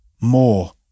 more